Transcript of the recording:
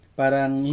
parang